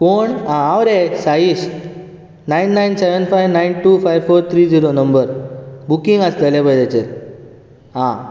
कोण हांव रे साइश nine nine seven five nine two five four three zero number booking आसलेलें पळय ताचेर आं